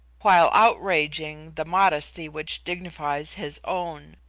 while outraging the modesty which dignifies his own.